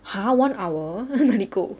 !huh! one hour 哪里够